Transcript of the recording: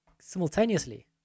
simultaneously